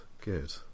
good